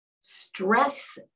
stress